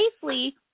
safely